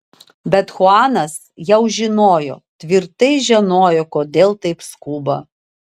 bet chuanas jau žinojo tvirtai žinojo kodėl taip skuba